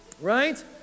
right